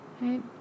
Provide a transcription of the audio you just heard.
Right